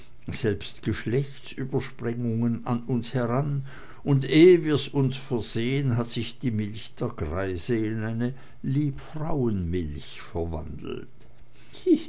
selbst geschlechtsüberspringungen an uns heran und ehe wir's uns versehen hat sich die milch der greise in eine liebfrauenmilch verwandelt